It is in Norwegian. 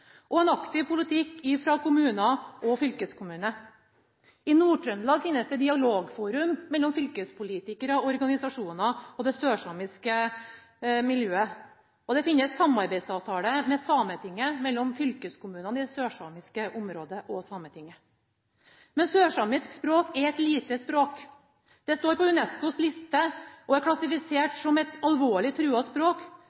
og en aktiv politikk fra kommuner og fylkeskommuner. I Nord-Trøndelag finnes det dialogforum mellom fylkespolitikere og organisasjoner og det sørsamiske miljøet, og det finnes samarbeidsavtale mellom fylkeskommunene i det sørsamiske området og Sametinget. Sørsamisk språk er et lite språk. Det står på UNESCOs liste og er